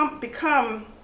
become